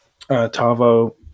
Tavo